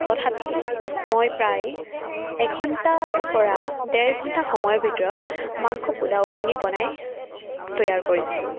তথাপি মই প্ৰায় এঘণ্টাৰ পৰা ডেৰ ঘণ্টা সময়ৰ ভিতৰত মাংস পোলাওখিনি বনায় তৈয়াৰ কৰিছিলোঁ